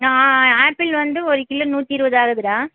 apple வந்து ஒரு kilo நூற்றி இருபது ஆகுதுடா